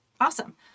Awesome